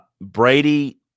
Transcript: Brady